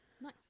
Nice